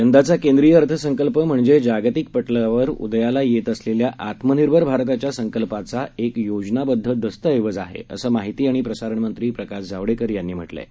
यंदाचा केंद्रीय अर्थसंकल्प म्हणजे जागतिक प झावर उदयाला येत असलेल्या आत्मनिर्भर भारताच्या संकल्पाचा एक योजनाबद्द दस्तऐवज आहे असं माहिती आणि प्रसारण मंत्री प्रकाश जावडेकर यांनी म्हा कें आहे